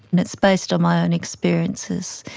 and it's based on my own experiences.